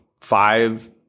five